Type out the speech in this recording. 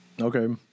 Okay